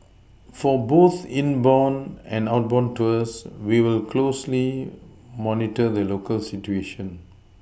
for both inbound and outbound tours we will closely monitor the local situation